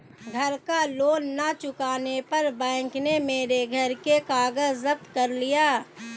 घर का लोन ना चुकाने पर बैंक ने मेरे घर के कागज जप्त कर लिए